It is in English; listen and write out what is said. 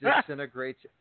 disintegrates